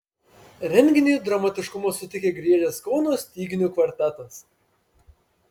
renginiui dramatiškumo suteikė griežęs kauno styginių kvartetas